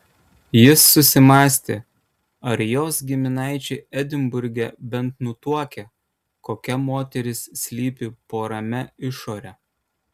jis susimąstė ar jos giminaičiai edinburge bent nutuokia kokia moteris slypi po ramia išore